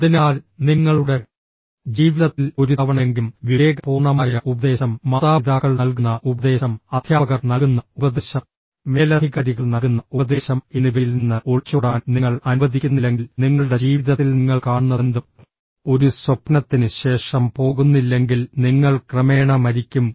അതിനാൽ നിങ്ങളുടെ ജീവിതത്തിൽ ഒരു തവണയെങ്കിലും വിവേകപൂർണ്ണമായ ഉപദേശം മാതാപിതാക്കൾ നൽകുന്ന ഉപദേശം അധ്യാപകർ നൽകുന്ന ഉപദേശം മേലധികാരികൾ നൽകുന്ന ഉപദേശം എന്നിവയിൽ നിന്ന് ഒളിച്ചോടാൻ നിങ്ങൾ അനുവദിക്കുന്നില്ലെങ്കിൽ നിങ്ങളുടെ ജീവിതത്തിൽ നിങ്ങൾ കാണുന്നതെന്തും ഒരു സ്വപ്നത്തിന് ശേഷം പോകുന്നില്ലെങ്കിൽ നിങ്ങൾ ക്രമേണ മരിക്കും